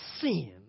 sin